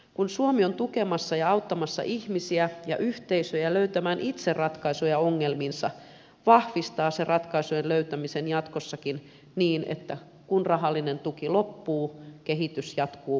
kun suomi on tukemassa ja auttamassa ihmisiä ja yhteisöjä löytämään itse ratkaisuja ongelmiinsa vahvistaa se ratkaisujen löytämistä jatkossakin niin että kun rahallinen tuki loppuu kehitys jatkuu positiiviseen suuntaan